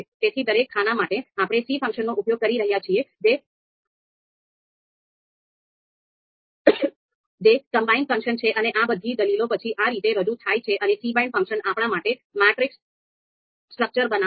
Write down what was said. તેથી દરેક ખાના માટે આપણે c ફંક્શનનો ઉપયોગ કરી રહ્યા છીએ જે કમ્બાઈન ફંક્શન છે અને આ બધી દલીલો પછી આ રીતે રજૂ થાય છે અને cbind ફંક્શન આપણા માટે મેટ્રિક્સ સ્ટ્રક્ચર બનાવશે